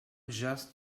just